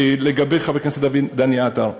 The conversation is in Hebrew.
לגבי חבר הכנסת דני עטר,